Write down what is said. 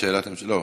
יש שאלת המשך.